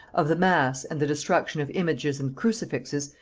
of the mass, and the destruction of images and crucifixes,